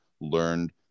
learned